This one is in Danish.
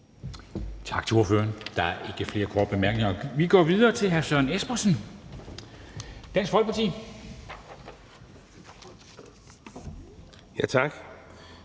Tak til ordføreren. Der er ikke flere korte bemærkninger. Vi går videre til hr. Søren Espersen, Dansk Folkeparti. Kl.